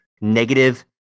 negative